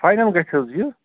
final گژھِ حظ یہِ